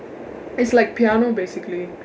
it's like piano basically